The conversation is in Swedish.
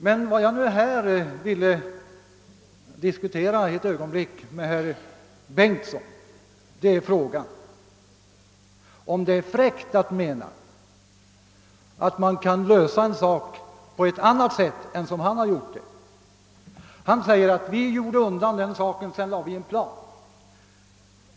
Men vad jag ett ögonblick ville diskutera med herr Bengtsson är frågan huruvida det är fräckt att anse att man kan lösa ett problem på ett annat sätt än vad herr Bengtsson har gjort. Han säger, att utredningen gjorde undan den saken och sedan lade en plan.